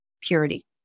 purity